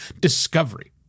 discovery